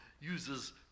uses